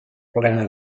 plena